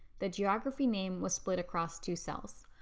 the geography name was split across two cells.